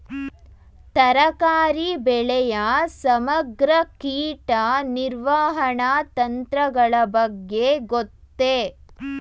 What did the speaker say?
ತರಕಾರಿ ಬೆಳೆಯ ಸಮಗ್ರ ಕೀಟ ನಿರ್ವಹಣಾ ತಂತ್ರಗಳ ಬಗ್ಗೆ ಗೊತ್ತೇ?